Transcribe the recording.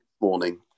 morning